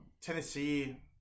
Tennessee